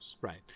right